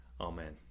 Amen